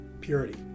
purity